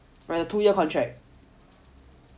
the two year contract